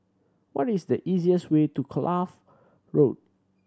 what is the easiest way to Kloof Road